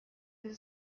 deux